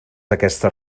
aquestes